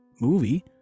movie